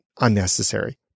unnecessary